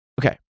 okay